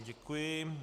Děkuji.